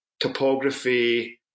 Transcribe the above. Topography